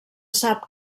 sap